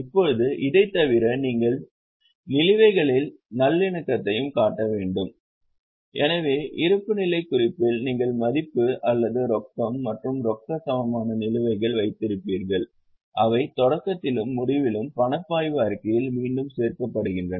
இப்போது இதைத் தவிர நீங்கள் நிலுவைகளின் நல்லிணக்கத்தையும் காட்ட வேண்டும் எனவே இருப்புநிலைக் குறிப்பில் நீங்கள் மதிப்பு அல்லது ரொக்கம் மற்றும் ரொக்க சமமான நிலுவைகளை வைத்திருப்பீர்கள் அவை தொடக்கத்திலும் முடிவிலும் பணப்பாய்வு அறிக்கையில் மீண்டும் சேர்க்கப்படுகின்றன